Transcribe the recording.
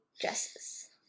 dresses